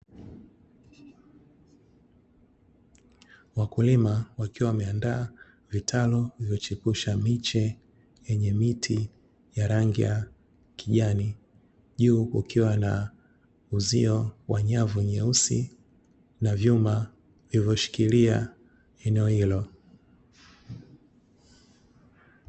Wakulima wakiwa wameandaa vitalu vilivyochipusha miche vyenye miti vya rangi ya kijani, juu kukiwa na uzio wa nyavu nyeusi na vyuma vilivyoshikilia eneo hilo.